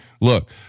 Look